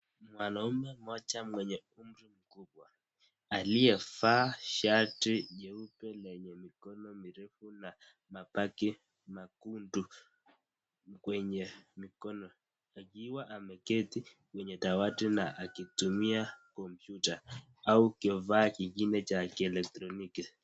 Mwanaume mmoja mwenye umri mkubwa aliyevaa shati jeupe lenye mikono mirefu na mabaki mekundu kwenye mikono, akiwa ameketi kwenye dawati na akitumia kompyuta au kifaa kingine cha kielektroniki.